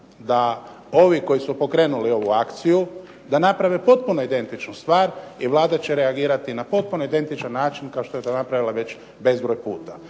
da ovi koji su pokrenuli ovu akciju da naprave potpuno identičnu stvar i Vlada će reagirati na potpuno identičan način kao što je to napravila već bezbroj puta.